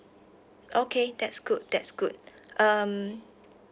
okay that's good that's good um